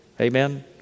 Amen